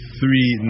three